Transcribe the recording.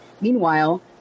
Meanwhile